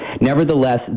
Nevertheless